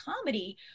comedy